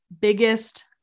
biggest